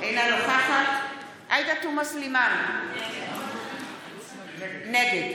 אינה נוכחת עאידה תומא סלימאן, נגד